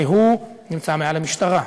הרי הוא נמצא מעל המשטרה,